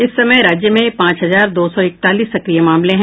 इस समय राज्य में पांच हजार दो सौ इकतालीस सक्रिय मामले हैं